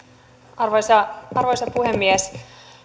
arvoisa puhemies